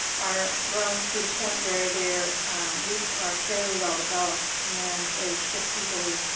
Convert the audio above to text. are grown to the point where their roots are fairly well developed and they ship easily.